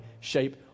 shape